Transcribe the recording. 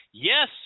Yes